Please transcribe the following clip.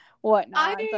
whatnot